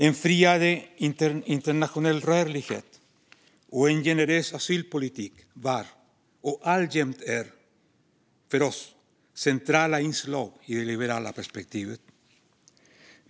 En friare internationell rörlighet och en generös asylpolitik var och är alltjämt för oss centrala inslag i det liberala perspektivet.